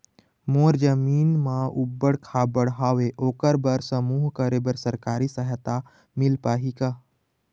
मोर जमीन म ऊबड़ खाबड़ हावे ओकर बर समूह करे बर सरकारी सहायता मिलही का?